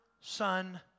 Son